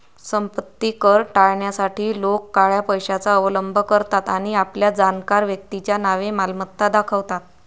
संपत्ती कर टाळण्यासाठी लोक काळ्या पैशाचा अवलंब करतात आणि आपल्या जाणकार व्यक्तीच्या नावे मालमत्ता दाखवतात